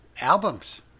albums